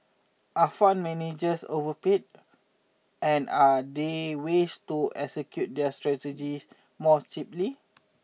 are fund managers overpaid and are there ways to execute their strategies more cheaply